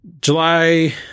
July